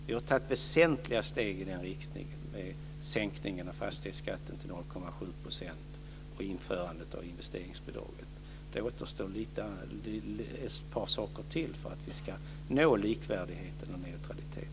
Vi har tagit väsentliga steg i den riktningen med sänkningen av fastighetsskatten till 0,7 % och införandet av investeringsbidraget. Det återstår ett par saker till för att vi ska nå likvärdighet och neutralitet.